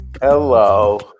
hello